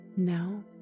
Now